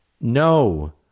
no